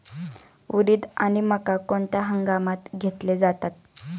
उडीद आणि मका कोणत्या हंगामात घेतले जातात?